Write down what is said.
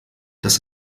das